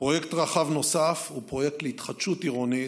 פרויקט רחב נוסף הוא פרויקט להתחדשות עירונית